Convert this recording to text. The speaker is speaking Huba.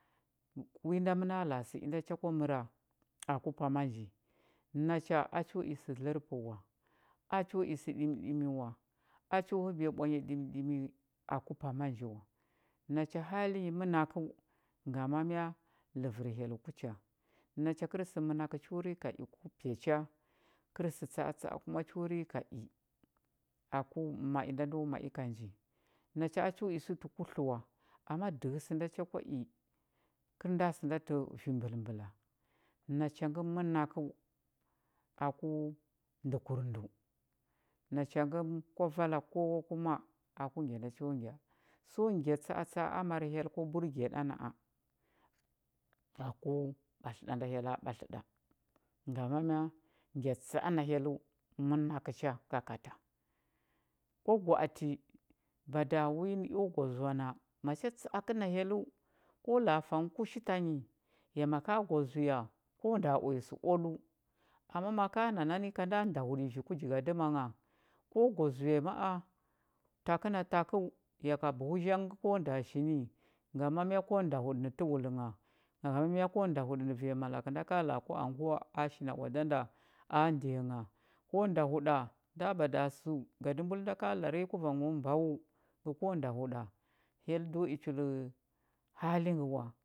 Wi nda məna la a sə inda cha kwa məra aku pama nji nacha cho i sə dlərpə wa a cho i sə ɗimiɗimi wa a cho həbiya ɓwanya ɗimiɗimi aku pama nji wa nacha hali nyi mənakəu ngama mya ləvər hyell ku cha nacha kəl sə mənakə cho rika i ku pya cha kər sə tsa atsa a kuma ho rika i aku ma i nda ndo ma i ka nji nacha a cho i sə tə kutlə wa ama dəhə sə nda cha kwa i kəl nda sə nda tə imbəlmbəla nacha ngə mənakəu aku ndəkurndəu nacha ngə kwa vala kowa kuma aku ngya nda cho ngya so ngya tsa atsa a mar hyell kwa burge ɗa na a aku ɓatlə ɗa da hyella ɓatlə ɗa ngama mya ngya tsa a na hyelləu mənakə cha kakata kwa gwa ati bada wi nə eo gwa zoa na macha tsa a kə na hyelləu ko la a fa nghə kushi tanyi ya maka gwa zuya ko nda uya sə oaləu ama maka na nani ka nda ndahuɗə nji ku jigadəma ngha ko gwa zuya ma a takə na takəu ya buhu zhang ngə ko nda shi ni ngama mya ko ndahuɗə nə təwul ngha ngama mya ko ndahuɗə nə vanya malakə da ka la a ku anguwa a shi na oada nda shi na oada nda ndiya gha ko ndahuɗa nda bada səu gadəmbul nda ka la a kuvangho mbawu gə ko ndahuɗa hyell do i chul hali ngə wa,